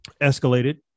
Escalated